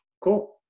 Cool